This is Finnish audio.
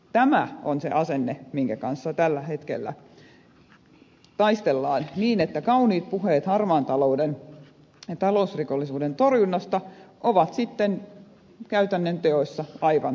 tämä on se asenne minkä kanssa tällä hetkellä taistellaan niin että kauniit puheet harmaan talouden ja talousrikollisuuden torjunnasta ovat sitten käytännön teoissa aivan päinvastaisia